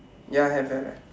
ya have have have